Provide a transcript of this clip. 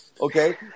Okay